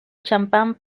champán